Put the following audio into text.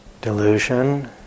delusion